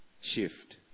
Shift